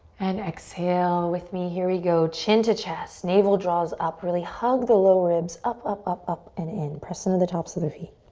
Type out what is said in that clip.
and exhale with me, here we go. chin to chest, navel draws up. really hug the lower ribs up, up, up up and in. press into the tops of the feet.